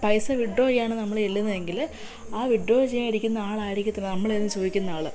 പൈസ വിഡ്രോ ചെയ്യാനാ നമ്മൾ ചെല്ലുന്നതെങ്കിൽ ആ വിഡ്രോ ചെയ്യാനിരിക്കുന്ന ആളായിരിക്കത്തില്ല നമ്മൾ ചെന്ന് ചോദിക്കുന്ന ആള്